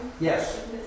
Yes